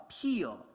appeal